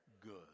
good